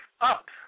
up